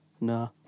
no